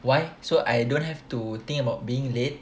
!wah! so I don't have to think about being late